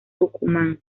tucumán